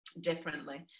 differently